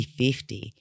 50